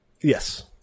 Yes